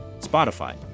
Spotify